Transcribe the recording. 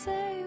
Say